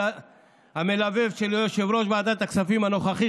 המלבב של יושב-ראש ועדת הכספים הנוכחי,